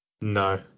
No